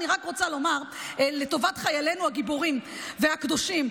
אני רק רוצה לומר לטובת חיילנו הגיבורים והקדושים,